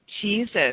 Jesus